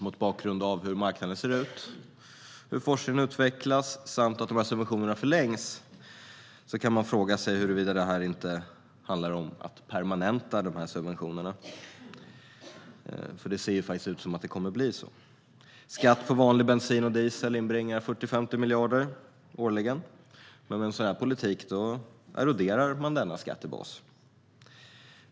Mot bakgrund av hur marknaden ser ut och hur forskningen utvecklas samt att subventionerna förlängs kan man fråga sig huruvida det inte handlar om att permanenta subventionerna. Det ser faktiskt ut som att det kommer att bli så. Skatt på vanlig bensin och diesel inbringar 40-50 miljarder årligen, men med denna politik eroderas skattebasen.